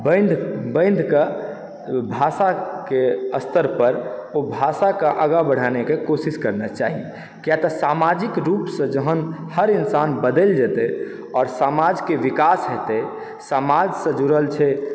बान्धि बान्धि कऽ भाषाके स्तर पर ओ भाषाके आगा बढेनाइके कोशिश करनाइ चाही कियाक तऽ सामाजिक रूप सँ जहन हर इन्सान बदलि जेतै आओर सामाजके विकास हेतै समाज सँ जुड़ल छै